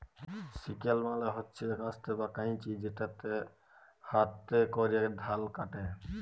sickle মালে হছে কাস্তে বা কাঁইচি যেটতে হাতে ক্যরে ধাল ক্যাটে